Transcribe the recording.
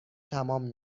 تمام